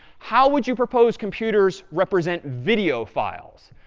how would you propose computers represent video files?